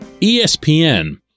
ESPN